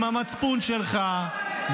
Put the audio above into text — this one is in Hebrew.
עם המצפון שלך,